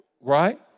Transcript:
right